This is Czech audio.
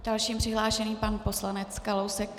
Další přihlášený, pan poslanec Kalousek.